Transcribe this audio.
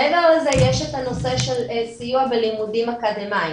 מעבר לזה יש את הנושא של סיוע בלימודים אקדמאיים,